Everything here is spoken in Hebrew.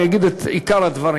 אני אגיד את עיקר הדברים.